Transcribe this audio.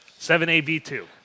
7AB2